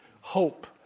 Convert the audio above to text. hope